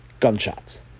gunshots